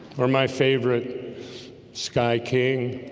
or my favorite sky king